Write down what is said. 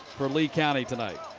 for lee county tonight.